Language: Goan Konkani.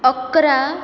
अकरा